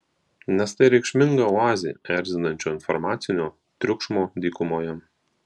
nes tai reikšminga oazė erzinančio informacinio triukšmo dykumoje